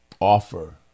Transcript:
offer